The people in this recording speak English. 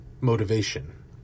motivation